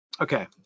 Okay